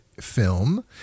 film